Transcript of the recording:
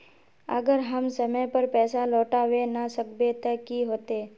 अगर हम समय पर पैसा लौटावे ना सकबे ते की होते?